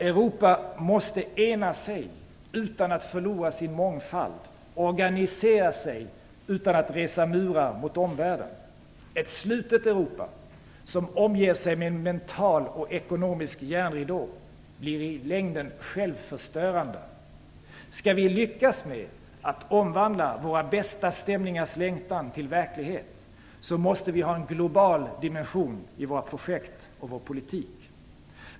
Europa måste ena sig utan att förlora sin mångfald, organisera sig utan att resa murar mot omvärlden. Ett slutet Europa, som omger sig med en mental och ekonomisk järnridå blir i längden självförstörande. Om vi skall lyckas med att omvandla "våra bästa stämningars längtan" till verklighet måste vi ha en global dimension i våra projekt och vår politik.